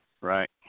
right